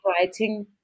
writing